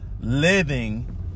living